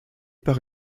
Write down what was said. par